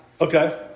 Okay